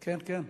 כן, כן.